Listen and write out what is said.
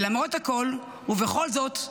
למרות הכול ובכל זאת,